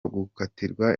gukatirwa